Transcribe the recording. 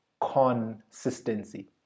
consistency